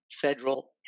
federal